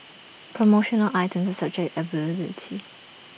promotional items subject availability